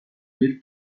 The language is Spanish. bill